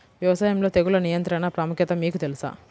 వ్యవసాయంలో తెగుళ్ల నియంత్రణ ప్రాముఖ్యత మీకు తెలుసా?